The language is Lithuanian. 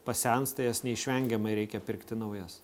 pasensta jas neišvengiamai reikia pirkti naujas